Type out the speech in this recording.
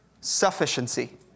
sufficiency